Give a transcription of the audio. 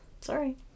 Sorry